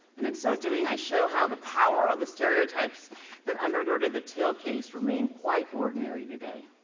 and in so doing, i show how the power of the stereotypes that undergirded the till case, remain quite ordinary today.